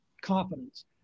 confidence